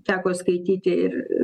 teko skaityti ir